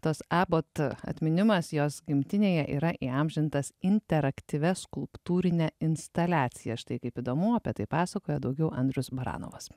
tas ebot atminimas jos gimtinėje yra įamžintas interaktyvia skulptūrine instaliacija štai kaip įdomu apie tai pasakoja daugiau andrius baranovas